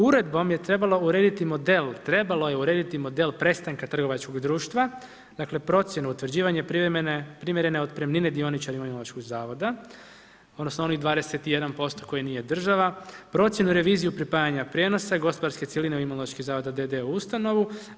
Uredbom je trebalo urediti model, trebalo je urediti model prestanka trgovačkog društva, procjenu utvrđivanja primjerene otpremnine dioničarima Imunološkog zavoda, odnosno, onih 21% koji nije država, procjenu revizije pripajanju prijenosa, gospodarske cjeline Imunološki zavod d.d. u ustanovu.